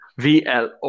VLO